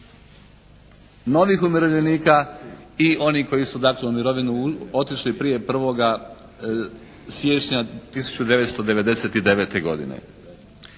novih umirovljenika i onih koji su u takvu mirovinu otišli prije 1. siječnja 1999. godine.